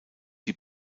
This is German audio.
die